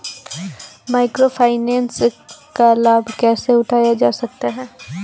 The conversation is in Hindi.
माइक्रो फाइनेंस का लाभ कैसे उठाया जा सकता है?